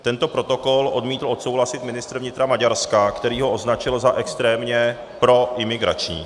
Tento protokol odmítl odsouhlasit ministr vnitra Maďarska, který ho označil za extrémně proimigrační.